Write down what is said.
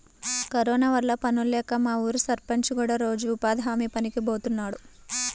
corona వల్ల పనుల్లేక మా ఊరి సర్పంచ్ కూడా రోజూ ఉపాధి హామీ పనికి బోతన్నాడు